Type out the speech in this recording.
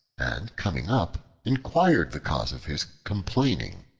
and coming up, inquired the cause of his complaining.